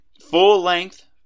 Full-length